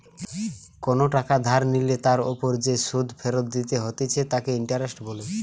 কোনো টাকা ধার নিলে তার ওপর যে সুধ ফেরত দিতে হতিছে তাকে ইন্টারেস্ট বলে